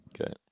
Okay